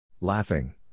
Laughing